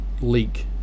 leak